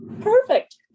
Perfect